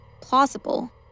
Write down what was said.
plausible